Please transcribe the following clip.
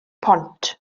pont